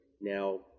now